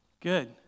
Good